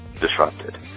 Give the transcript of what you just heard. disrupted